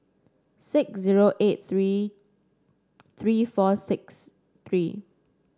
six zero eight three three four six three